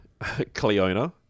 Cleona